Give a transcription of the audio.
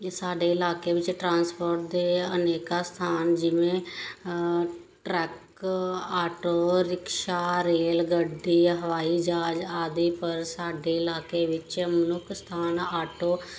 ਸਾਡੇ ਇਲਾਕੇ ਵਿੱਚ ਟਰਾਂਸਪੋਰਟ ਦੇ ਅਨੇਕ ਸਾਧਨ ਜਿਵੇਂ ਟਰੱਕ ਆਟੋ ਰਿਕਸ਼ਾ ਰੇਲ ਗੱਡੀ ਹਵਾਈ ਜਹਾਜ਼ ਆਦਿ ਪਰ ਸਾਡੇ ਇਲਾਕੇ ਵਿੱਚ ਮੁੱਖ ਸਾਧਨ ਆਟੋ